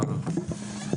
בבקשה.